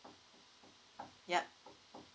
yup